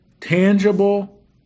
tangible